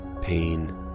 pain